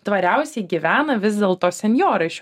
tvariausiai gyvena vis dėlto senjorai šiuo